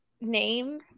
name